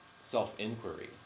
self-inquiry